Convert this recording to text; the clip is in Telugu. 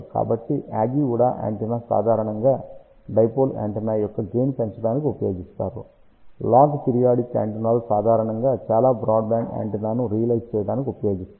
కాబట్టి యాగి ఉడా యాంటెన్నా సాధారణంగా డైపోల్ యాంటెన్నా యొక్క గెయిన్ పెంచడానికి ఉపయోగిస్తారు లాగ్ పీరియాడిక్ యాంటెన్నాలు సాధారణంగా చాలా బ్రాడ్బ్యాండ్ యాంటెన్నాను రియలైజ్ చేయటానికి ఉపయోగిస్తారు